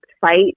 fight